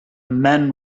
men